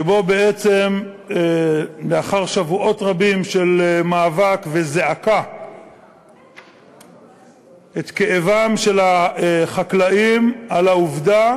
שבו בעצם לאחר שבועות רבים של מאבק וזעקה את כאבם של החקלאים על העובדה